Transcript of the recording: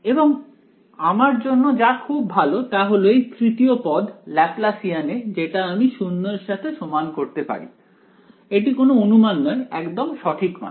এবং আমার জন্য যা খুব ভালো তা হল এই তৃতীয় পদ ল্যাপ্লাসিয়ান এ যেটা আমি শূন্য এর সাথে সমান করতে পারি এটি কোনো অনুমান নয় একদম সঠিক মান